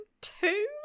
two